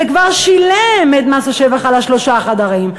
וכבר שילם את מס השבח על השלושה חדרים,